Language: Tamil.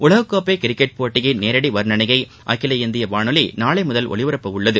உலகக்கோப்பை கிரிக்கெட் போட்டியின் நேரடி வர்ணணையை அகில இந்திய வானொலி நாளை முதல் ஒலிபரப்பவுள்ளது